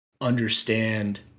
understand